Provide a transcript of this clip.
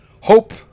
Hope